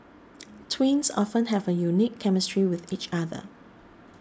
twins often have a unique chemistry with each other